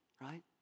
right